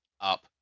up